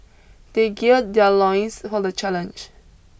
they geared their loins for the challenge